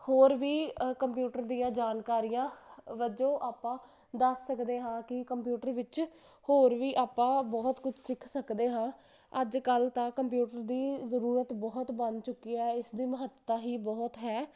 ਹੋਰ ਵੀ ਕੰਪਿਊਟਰ ਦੀਆਂ ਜਾਣਕਾਰੀਆਂ ਵਜੋਂ ਆਪਾਂ ਦੱਸ ਸਕਦੇ ਹਾਂ ਕਿ ਕੰਪਿਊਟਰ ਵਿੱਚ ਹੋਰ ਵੀ ਆਪਾਂ ਬਹੁਤ ਕੁਝ ਸਿੱਖ ਸਕਦੇ ਹਾਂ ਅੱਜ ਕੱਲ ਤਾਂ ਕੰਪਿਊਟਰ ਦੀ ਜਰੂਰਤ ਬਹੁਤ ਬਣ ਚੁੱਕੀ ਹ ਇਸ ਦੀ ਮਹੱਤਤਾ ਹੀ ਬਹੁਤ ਹੈ